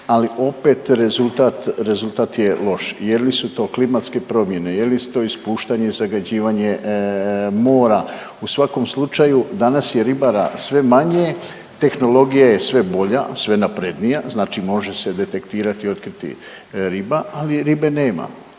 ali opet rezultat je loš. Je li su to klimatske promjene, je li su to ispuštanje i zagađivanje mora? U svakom slučaju, danas je ribara sve manje, tehnologija je sve bolja, sve naprednija, znači može se detektirati i otkriti riba, ali ribe nema.